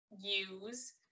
use